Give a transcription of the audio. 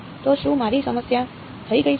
તો શું મારી સમસ્યા થઈ ગઈ છે